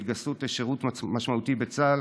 בהתגייסות לשירות משמעותי בצה"ל,